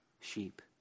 sheep